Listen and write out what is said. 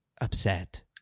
upset